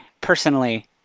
personally